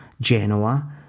Genoa